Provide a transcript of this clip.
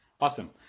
Awesome